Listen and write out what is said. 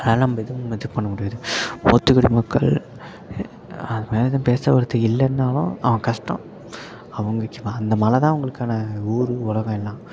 அதெல்லாம் நம்ம எதுவும் இதுவும் பண்ண முடியாது மூத்தக் குடி மக்கள் அதுக்கு மேல் பேச வரத்துக்கு இல்லைனாலும் அவங்க கஷ்டம் அவங்களுக்கு அந்த மலை தான் அவங்களுக்கான ஊர் உலகம் எல்லாம்